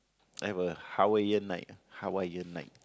I will Hawaiian night Hawaiian night